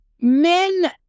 men